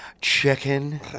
chicken